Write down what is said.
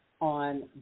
on